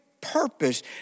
purpose